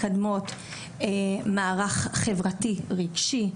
מקדמות מערך חברתי רגשי,